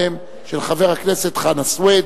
3914, 4735,